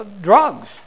drugs